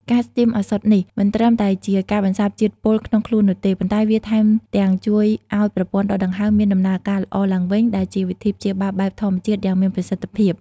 ការស្ទីមឱសថនេះមិនត្រឹមតែជាការបន្សាបជាតិពុលក្នុងខ្លួននោះទេ ប៉ុន្តែវាថែមទាំងជួយឲ្យប្រព័ន្ធដកដង្ហើមមានដំណើរការល្អឡើងវិញ ដែលជាវិធីព្យាបាលបែបធម្មជាតិយ៉ាងមានប្រសិទ្ធភាព។